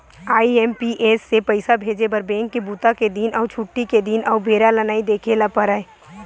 IMPS से पइसा भेजे बर बेंक के बूता के दिन अउ छुट्टी के दिन अउ बेरा ल नइ देखे बर परय